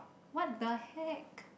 what the heck